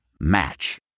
Match